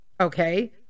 Okay